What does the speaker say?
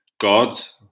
God's